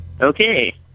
Okay